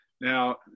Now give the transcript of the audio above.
Now